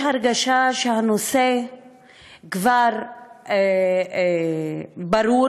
יש הרגשה שהנושא כבר ברור,